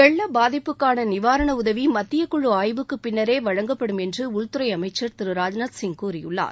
வெள்ள பாதிப்புக்கான நிவாரண உதவி மத்தியக்குழு ஆய்வுக்கு பின்னரே வழங்கப்படும் என்று உள்துறை அமைச்சர் திரு ராஜ்நாத்சிங் கூறியுள்ளர்